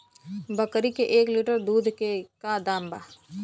बकरी के एक लीटर दूध के का दाम बा?